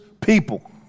people